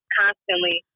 constantly